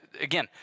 again